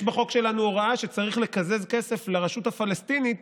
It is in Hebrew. יש בחוק שלנו הוראה שצריך לקזז כסף מהרשות הפלסטינית